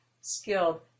skilled